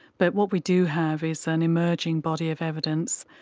but what we do have is an emerging body of evidence,